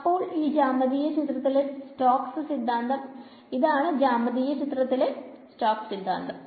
അപ്പോൾ ഈ ജ്യാമീതീയ ചിത്രത്തിലെ സ്റ്റോക്സ് സിദ്ധാന്തം